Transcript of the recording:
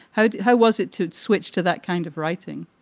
how how was it to switch to that kind of writing?